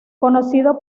conocido